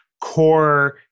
core